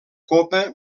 copa